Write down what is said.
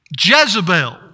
Jezebel